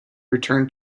return